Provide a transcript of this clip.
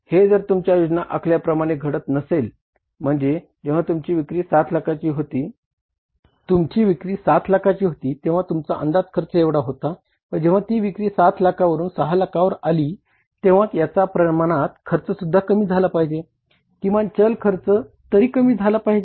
परंतु हे जर तुम्ही योजना आखल्याप्रमाणे घडत नसेल म्हणजे जेंव्हा तुमची विक्री 7 लाखाची होती तेंव्हा तुमचा अंदाज खर्च एवढा होता व जेंव्हा ती विक्री 7 लाखावरून 6 लाखावर आली तेंव्हा याचा प्रमाणात खर्चसुद्धा कमी झाला पाहिजे किमान चल खर्च तरी कमी झाला पाहिजे